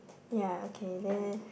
ya okay then